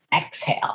exhale